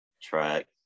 track